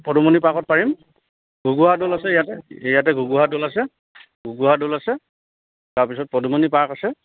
পদুমণি পাৰ্কত পাৰিম গগুহা দৌল আছে ইয়াতে ইয়াতে গগুহা দৌল আছে গগুহা দৌল আছে তাৰপিছত পদুমণি পাৰ্ক আছে